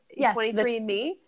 23andMe